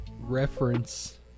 reference